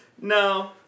No